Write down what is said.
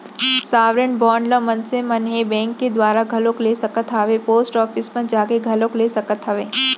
sovereign bond ल मनसे मन ह बेंक के दुवारा घलोक ले सकत हावय पोस्ट ऑफिस म जाके घलोक ले सकत हावय